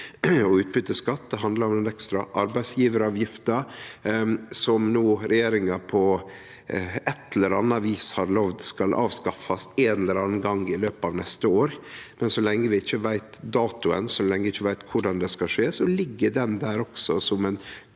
Det handlar om den ekstra arbeidsgjevaravgifta regjeringa på eit eller anna vis har lova skal avskaffast ein eller annan gong i løpet av neste år. Så lenge vi ikkje veit datoen, så lenge vi ikkje veit korleis det skal skje, ligg dette der også som ein